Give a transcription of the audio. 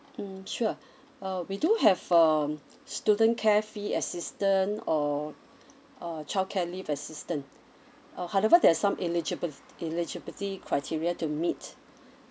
mm sure uh we do have um student care fee assistance or uh childcare leave assistance uh however there's some eligibilt~ eligibility criteria to meet